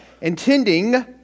intending